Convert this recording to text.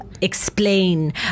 explain